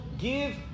give